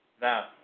Now